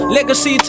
Legacy